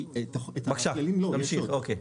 תמשיך בבקשה.